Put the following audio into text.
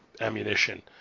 ammunition